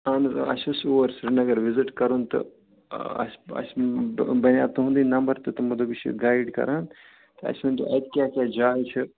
اہَن حظ آ اَسہِ حظ چھِ اوس سری نگر وِزِٹ کَرُن تہٕ اَسہِ اَسہِ بَنیو تُہٕندٕے نمبر تہٕ تِمو دوٚپ یہِ چھِ گایِڈ کران تہٕ اَسہِ ؤنۍتو اَتہِ کیٛاہ کیٚاہ جایہِ چھِ